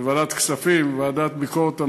בוועדת הכספים, בוועדת ביקורת המדינה,